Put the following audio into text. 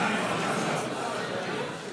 הכנסה (ניכוי תשלומים לביטוח בריאות לעצמאים),